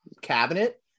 cabinet